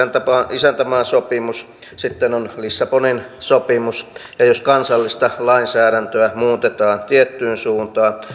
isäntämaasopimus ja sitten on lissabonin sopimus ja jos kansallista lainsäädäntöä muutetaan tiettyyn suuntaan